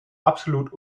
absolut